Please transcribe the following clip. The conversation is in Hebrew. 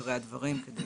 עיקרי הדברים כדי